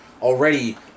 already